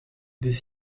des